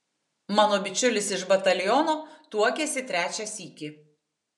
mano bičiulis iš bataliono tuokėsi trečią sykį